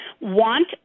want